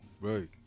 Right